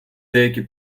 деякі